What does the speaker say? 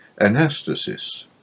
Anastasis